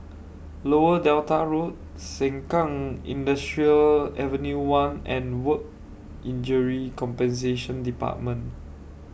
Lower Delta Road Sengkang Industrial Avenue one and Work Injury Compensation department